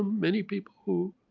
many people who